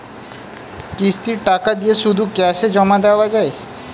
কিস্তির টাকা দিয়ে শুধু ক্যাসে জমা দেওয়া যায়?